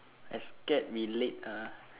I scared we late ah